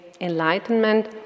enlightenment